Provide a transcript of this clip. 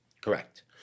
Correct